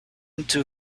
into